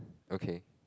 okay